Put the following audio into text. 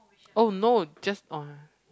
oh no just on